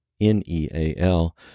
N-E-A-L